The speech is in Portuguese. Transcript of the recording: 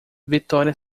victoria